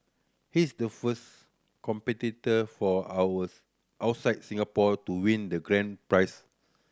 he's the first competitor for ours outside Singapore to win the grand prize